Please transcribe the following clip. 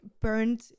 burned